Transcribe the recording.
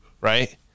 right